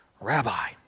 Rabbi